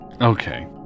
okay